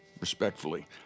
respectfully